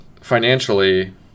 Financially